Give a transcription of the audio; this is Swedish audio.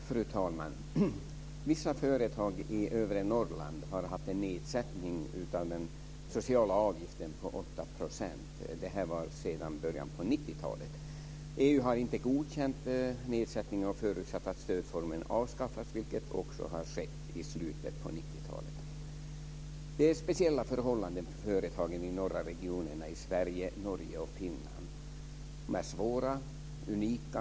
Fru talman! Vissa företag i övre Norrland har haft en nedsättning av den sociala avgiften på 8 % sedan början på 90-talet. EU har inte godkänt nedsättning och förutsatt att stödformen avskaffas, vilket också har skett i slutet på 90-talet. De speciella förhållandena för företagen i de norra regionerna i Sverige, Norge och Finland är svåra och unika.